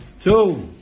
two